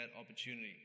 opportunity